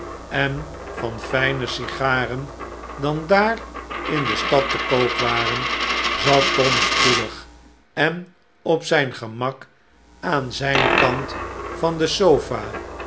en van fljner sigaren dan daar in de stad te koop war en zat tom spoedig en op zijn gemak aan zijn kant van de sofa